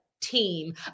Team